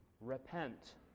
repent